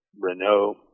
Renault